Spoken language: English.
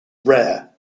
rare